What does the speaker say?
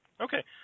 okay